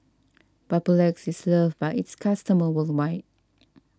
Papulex is loved by its customers worldwide